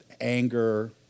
anger